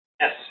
Yes